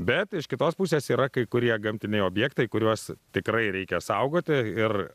bet iš kitos pusės yra kai kurie gamtiniai objektai kuriuos tikrai reikia saugoti ir